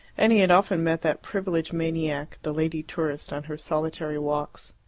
and he had often met that privileged maniac, the lady tourist, on her solitary walks.